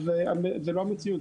זו לא המציאות.